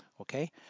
okay